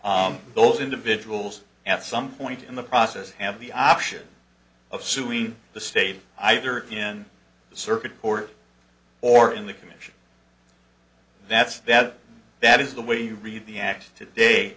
those individuals at some point in the process have the option of suing the state either in the circuit court or in the commission that's that that is the way you read the act today